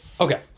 Okay